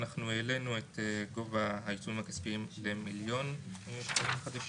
אנחנו העלינו את גובה העיצומים הכספיים למיליון מ-850.